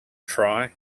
try